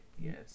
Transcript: Yes